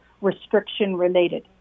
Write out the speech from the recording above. restriction-related